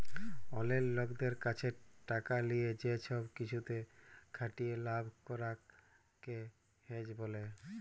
অলেক লকদের ক্যাছে টাকা লিয়ে যে বড় কিছুতে খাটিয়ে লাভ করাক কে হেজ ব্যলে